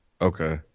Okay